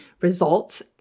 results